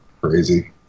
crazy